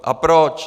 A proč?